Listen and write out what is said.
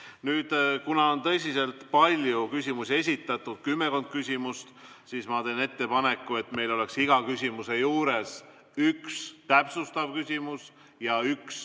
Kuna on tõsiselt palju küsimusi esitatud, kümmekond küsimust, siis ma teen ettepaneku, et iga küsimuse juures oleks üks täpsustav küsimus ja üks